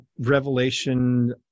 revelation